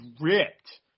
ripped